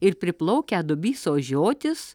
ir priplaukę dubysos žiotis